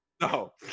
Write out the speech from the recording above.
No